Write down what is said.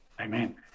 Amen